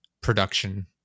production